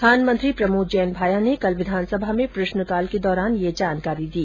खान मंत्री प्रमोद जैन भाया ने कल विधानसभा में प्रश्नकाल के दौरान ये जानकारी दी